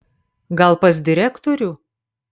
gal pas direktorių